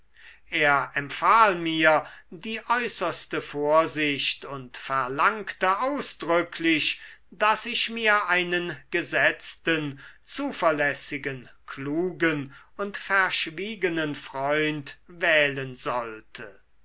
er empfahl mir die äußerste vorsicht und verlangte ausdrücklich daß ich mir einen gesetzten zuverlässigen klugen und verschwiegenen freund wählen sollte